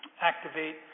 activate